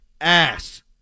ass